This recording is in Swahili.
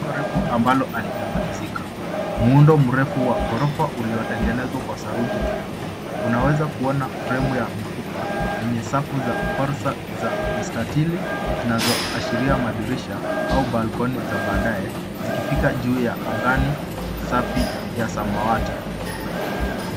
jengo refu ambalo halijamalizika muundo mrefu wa gorofa uliotengenezwa kwa saruji tupu unaweza kuona fremu ya mifupa yenye safu za ufarsa za mstatili zinazoashiria madirisha au balkoni za baadae zikifika juu ya angani safi ya samawati.